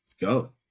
go